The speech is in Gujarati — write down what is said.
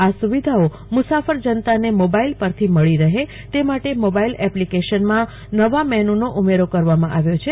આ સવિધાઓ મુસાફર જનતાન મોબાઈલ પરથી મળી રહે ત માટે મ ોબાઈલ એપ્લીકેશનમાં નવા મનુંનો ઉમેરો કરવામાં આવ્યો છે